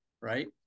Right